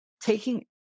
taking